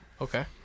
Okay